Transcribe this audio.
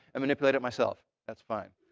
i manipulate it myself. that's fine.